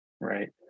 right